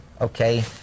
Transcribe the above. okay